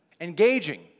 Engaging